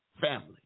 family